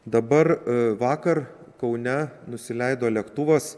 dabar vakar kaune nusileido lėktuvas